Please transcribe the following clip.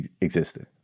existed